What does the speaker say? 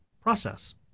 process